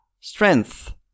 strength